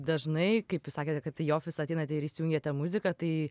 dažnai kaip jūs sakėte kad į ofisą ateinate ir įsijungiate muziką tai